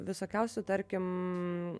visokiausių tarkim